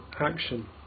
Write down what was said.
action